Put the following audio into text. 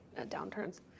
downturns